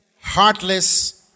heartless